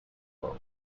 ore